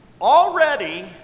already